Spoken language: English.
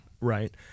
right